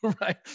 right